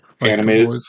animated